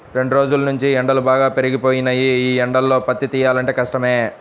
రెండ్రోజుల్నుంచీ ఎండలు బాగా పెరిగిపోయినియ్యి, యీ ఎండల్లో పత్తి తియ్యాలంటే కష్టమే